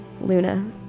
luna